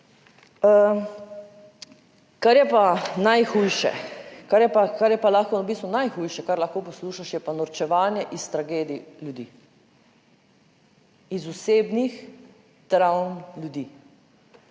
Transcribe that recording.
v bistvu najhujše, kar lahko poslušaš, je pa norčevanje iz tragedij ljudi, iz osebnih travm ljudi,